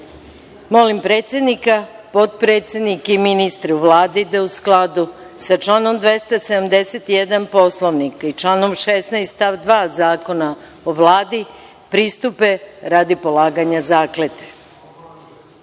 predsednika, potpredsednike i ministre u Vladi da, u skladu sa članom 271. Poslovnika i članom 16. stav 2. Zakona o Vladi, pristupe radi polaganja